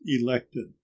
elected